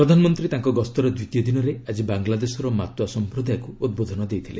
ପ୍ରଧାନମନ୍ତ୍ରୀ ତାଙ୍କ ଗସ୍ତର ଦ୍ୱିତୀୟ ଦିନରେ ଆଜି ବାଙ୍ଗଲାଦେଶର ମାତୁଆ ସମ୍ପ୍ରଦାୟକୁ ଉଦ୍ବୋଧନ ଦେଇଥିଲେ